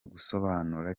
gusobanura